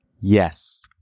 Yes